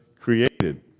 created